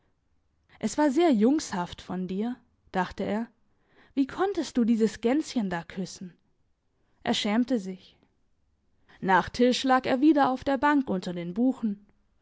es war sehr jungshaft von dir dachte er wie konntest du dieses gänschen da küssen er schämte sich nach tisch lag er wieder auf der bank unter den buchen